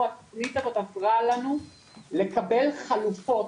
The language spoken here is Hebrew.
התכנית הזאת עזרה לנו לקבל חלופות,